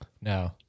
No